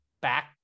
back